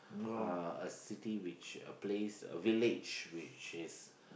uh a city which a place a village which is